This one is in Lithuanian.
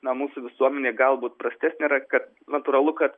na mūsų visuomenė galbūt prastesnė yra kad natūralu kad